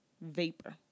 vapor